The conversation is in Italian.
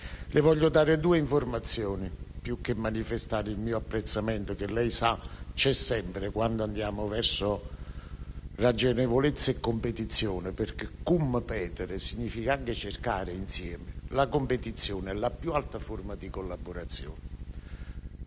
Le voglio dare due informazioni, più che manifestare il mio apprezzamento che, come lei sa, c'è sempre quando andiamo verso ragionevolezza e competizione (perché *cum petere* significa anche cercare insieme e la competizione è la più alta forma di collaborazione).